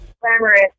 glamorous